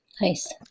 Nice